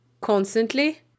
constantly